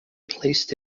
placed